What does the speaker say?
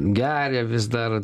geria vis dar